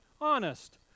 Honest